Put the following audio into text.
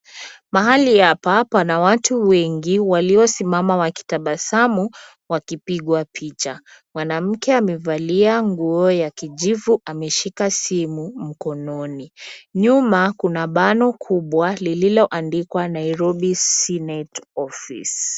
Mahali hapa pana watu wengi waliosimama wakitabasamu, wakipigwa picha. Mwanamke amevalia nguo ya kijivu, ameshika simu mkononi. Nyuma kuna bano kubwa lililoandikwa Nairobi senate Office.